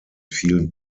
vielen